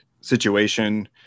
situation